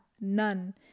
none